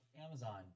Amazon